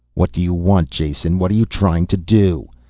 what do you want, jason what are you trying to do?